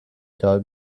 can